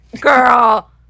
girl